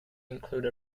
include